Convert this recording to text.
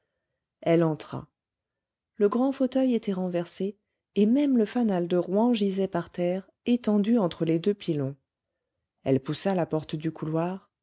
elle entra le grand fauteuil était renversé et même le fanal de rouen gisait par terre étendu entre les deux pilons elle poussa la porte du couloir